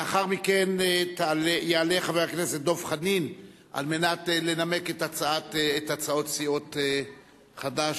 לאחר מכן יעלה חבר הכנסת דב חנין על מנת לנמק את הצעות סיעות חד"ש,